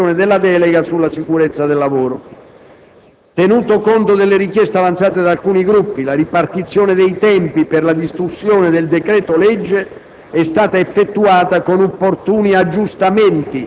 Pertanto, domani mattina potrebbe proseguire la trattazione della delega sulla sicurezza sul lavoro. Tenuto conto delle richieste avanzate da alcuni Gruppi, la ripartizione dei tempi per la discussione del decreto-legge